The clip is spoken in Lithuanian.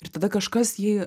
ir tada kažkas jį